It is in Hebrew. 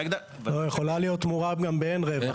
לא, יכולה להיות תמורה גם באין רווח.